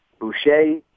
Boucher